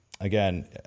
again